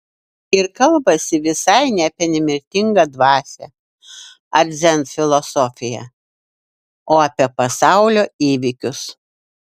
ir kalbasi visai ne apie nemirtingą dvasią ar dzen filosofiją o apie pasaulio įvykius